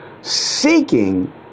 seeking